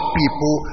people